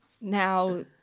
Now